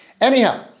Anyhow